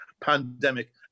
pandemic